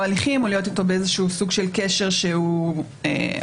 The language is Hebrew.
הליכים או להיות איתו באיזה סוג של קשר שהוא טראומתי.